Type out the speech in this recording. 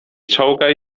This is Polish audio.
czołgaj